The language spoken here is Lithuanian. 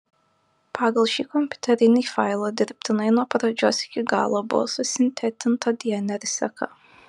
pagal šį kompiuterinį failą dirbtinai nuo pradžios iki galo buvo susintetinta dnr seka